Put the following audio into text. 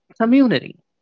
community